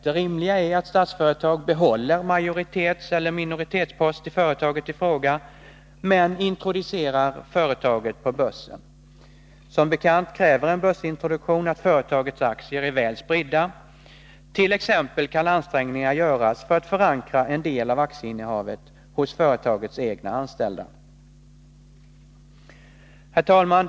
Det rimliga är att Statsföretag behåller en majoritetseller minoritetspost i företaget i fråga, men introducerar företaget på börsen. Som bekant kräver en börsintroduktion att företagets aktier är väl spridda. Ansträngningar kan t.ex. göras för att förankra en del av aktieinnehavet hos företagets egna anställda. Herr talman!